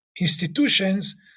institutions